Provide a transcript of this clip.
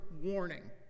warning